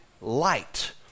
Light